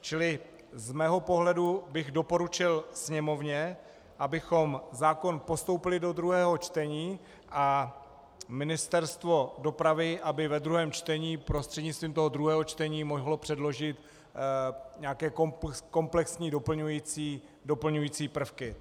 Čili z mého pohledu bych doporučil Sněmovně, abychom zákon postoupili do druhého čtení, a Ministerstvo dopravy aby ve druhém čtení, prostřednictvím druhého čtení, mohlo předložit nějaké komplexní doplňující prvky.